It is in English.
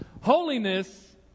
Holiness